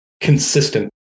consistent